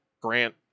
Grant